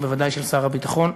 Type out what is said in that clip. ובוודאי של שר הביטחון.